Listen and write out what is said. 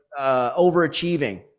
overachieving